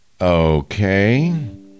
Okay